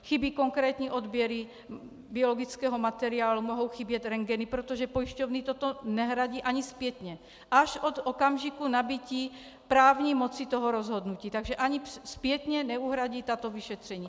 Chybí konkrétní odběry biologického materiálu, mohou chybět rentgeny, protože pojišťovny toto nehradí ani zpětně, až od okamžiku nabytí právní moci toho rozhodnutí, takže ani zpětně neuhradí tato vyšetření.